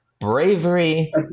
bravery